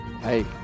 hey